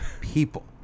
people